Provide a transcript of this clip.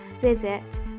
visit